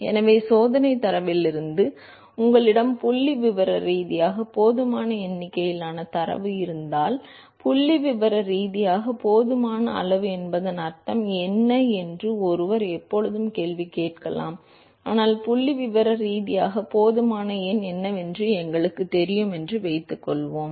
எனவே சோதனைத் தரவிலிருந்து உங்களிடம் புள்ளிவிவர ரீதியாக போதுமான எண்ணிக்கையிலான தரவு இருந்தால் எனவே புள்ளிவிவர ரீதியாகப் போதுமான அளவு என்பதன் அர்த்தம் என்ன என்று ஒருவர் எப்போதும் கேள்வி கேட்கலாம் ஆனால் புள்ளிவிவர ரீதியாக போதுமான எண் என்னவென்று எங்களுக்குத் தெரியும் என்று வைத்துக்கொள்வோம்